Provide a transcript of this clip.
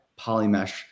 Polymesh